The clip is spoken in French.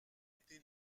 été